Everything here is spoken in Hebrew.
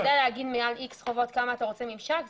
אתה יודע לומר מעל X חובות כמה אתה רוצה ממשק?